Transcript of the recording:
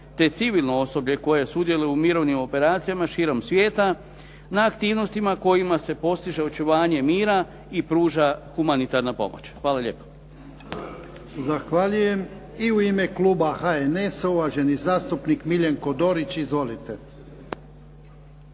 te civilno osoblje koje sudjeluje u mirovnim operacijama širom svijeta na aktivnostima kojima se postiže očuvanje mira i pruža humanitarna pomoć. Hvala lijepa.